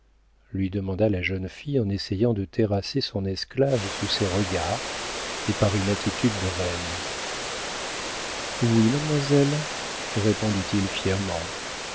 lui demanda la jeune fille en essayant de terrasser son esclave sous ses regards et par une attitude de reine oui mademoiselle répondit-il fièrement